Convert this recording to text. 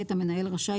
המנהל רשאי,